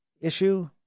issue